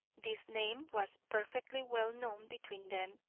this name was perfectly well known between them,